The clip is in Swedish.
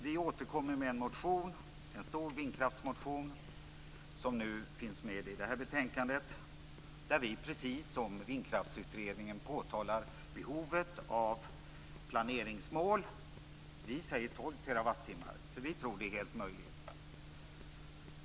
Vi återkommer med en stor vindkraftsmotion som nu finns med i det här betänkandet, där vi precis som Vindkraftutredningen påtalar behovet av planeringsmål. Vi säger 12 terawattimmar, för vi tror att det är möjligt.